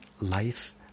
life